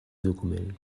document